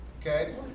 Okay